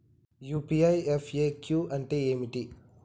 UPI FAQ అంటే ఏమిటి?